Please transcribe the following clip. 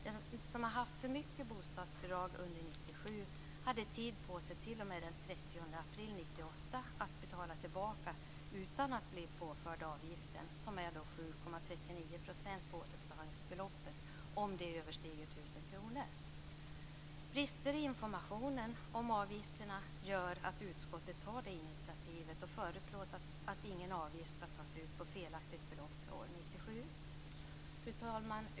Den som har fått för mycket bostadsbidrag under år 1997 hade tid på sig t.o.m. den 30 april 1998 att betala tillbaka utan att bli påförd avgiften, vilken är 7,39 % på återbetalningsbeloppet om det överstiger 1 000 kr. Brister i informationen om avgifterna gör att utskottet tar initiativet till att föreslå att ingen avgift skall tas ut på felaktigt belopp för år 1997. Fru talman!